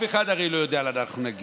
פעם אחר פעם אנחנו באים לכאן